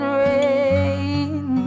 rain